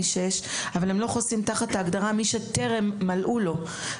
שש אבל הם לא חוסים תחת ההגדרה של מי שטרם מלאו לו.